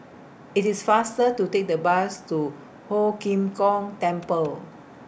IT IS faster to Take The Bus to Ho Lim Kong Temple